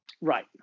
Right